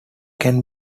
can